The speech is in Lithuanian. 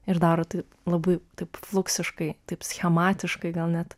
ir daro tai labai taip fluksiškai taip schematiškai gal net